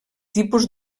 tipus